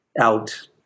out